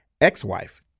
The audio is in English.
ex-wife